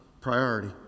priority